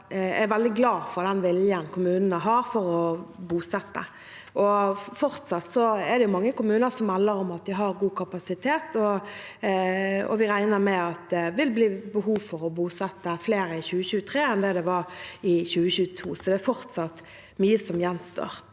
Jeg er veldig glad for den viljen kommunene har til å bosette. Fortsatt er det mange kommuner som melder om at de har god kapasitet, og vi regner med at det vil bli behov for å bosette flere i 2023 enn det var i 2022. Så det er fortsatt mye som gjenstår.